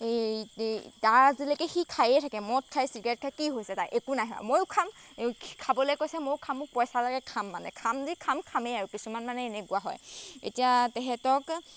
এই এই তাৰ আজিলৈকে সি খায়েই থাকে মদ খাই চিগেৰেট খাই কি হৈছে তাৰ একো নাই হোৱা ময়ো খাম খাবলে কৈছে ময়ো খামো পইচা লাগে খাম মানে খাম যি খাম খামেই আৰু কিছুমান মানে এনেকুৱা হয় এতিয়া তেহেঁতক